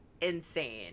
insane